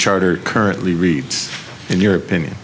charter currently reads in your opinion